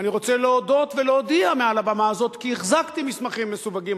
ואני רוצה להודות ולהודיע מעל במה זו כי החזקתי מסמכים מסווגים.